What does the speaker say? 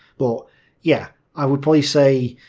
but yeah, i would probably say